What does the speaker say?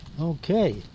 Okay